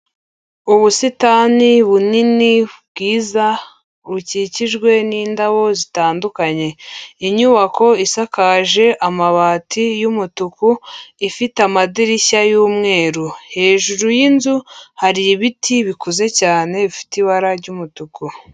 Ubusitani bunini, bwiza bukikijwe n'indabo zitandukanye. Inyubako isakaje amabati y'umutuku ifite amadirishya y'umweru. Hejuru y'inzu hari ibiti bikuze cyane bifite ibara ry'umutuku.